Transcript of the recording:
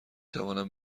توانم